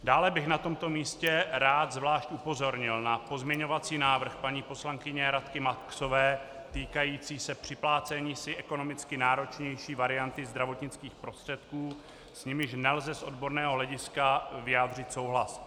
Dále bych na tomto místě zvlášť rád upozornil na pozměňovací návrh paní poslankyně Radky Maxové týkající se připlácení si ekonomicky náročnější varianty zdravotnických prostředků, s nímž nelze z odborného hlediska vyjádřit souhlas.